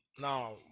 now